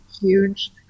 huge